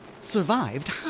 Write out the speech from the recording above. survived